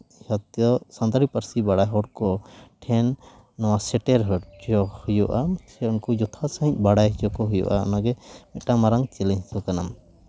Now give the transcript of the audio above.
ᱡᱷᱚᱛᱚ ᱥᱟᱱᱛᱟᱲᱤ ᱯᱟᱹᱨᱥᱤ ᱵᱟᱲᱟᱭ ᱦᱚᱲ ᱠᱚ ᱴᱷᱮᱱ ᱱᱚᱣᱟ ᱥᱮᱴᱮᱨ ᱦᱚᱪᱚ ᱦᱩᱭᱩᱜᱼᱟ ᱥᱮ ᱩᱱᱠᱩ ᱡᱚᱛᱷᱟᱛ ᱥᱟᱺᱦᱤᱡ ᱵᱟᱲᱟᱭ ᱦᱚᱪᱚ ᱠᱚ ᱦᱩᱭᱩᱜᱼᱟ ᱚᱱᱟᱜᱮ ᱢᱤᱫᱴᱟᱝ ᱢᱟᱨᱟᱝ ᱪᱮᱞᱮᱧᱡᱽ ᱫᱚ ᱠᱟᱱᱟ